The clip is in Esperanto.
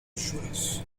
ĵuras